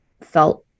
felt